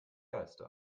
geiste